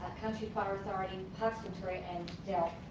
county fire authority, parks victoria, and delwp.